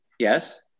Yes